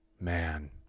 man